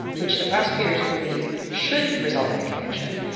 which the prosecutors believe should result in a conviction.